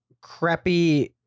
crappy